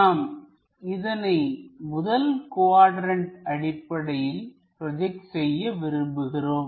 நாம் இதனை முதல் குவாட்ரண்ட் அடிப்படையில் ப்ரோஜெக்ட் செய்ய விரும்புகிறோம்